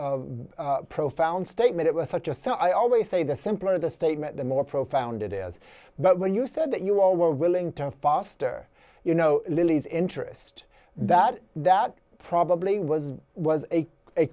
know profound statement it was such a so i always say the simpler the statement the more profound it is but when you said that you all were willing to foster you know lily's interest that that probably was was a